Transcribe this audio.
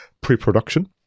pre-production